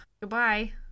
Goodbye